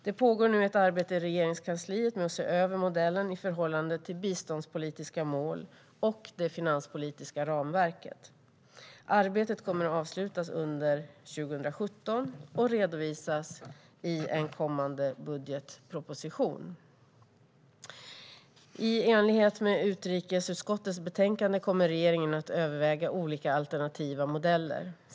Det pågår nu ett arbete i Regeringskansliet med att se över modellen i förhållande till de biståndspolitiska målen och det finanspolitiska ramverket. Arbetet kommer att avslutas under 2017 och redovisas i en kommande budgetproposition. I enlighet med utrikesutskottets betänkande kommer regeringen att överväga olika alternativa modeller.